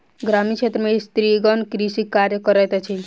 ग्रामीण क्षेत्र में स्त्रीगण कृषि कार्य करैत अछि